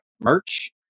merch